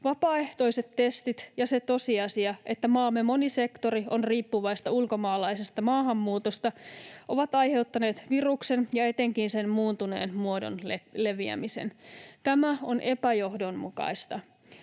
Vapaaehtoiset testit ja se tosiasia, että maamme moni sektori on riippuvainen ulkomaalaisesta maahanmuutosta, ovat aiheuttaneet viruksen ja etenkin sen muuntuneen muodon leviämisen. Tämä on epäjohdonmukaista.